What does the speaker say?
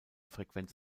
frequenz